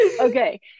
okay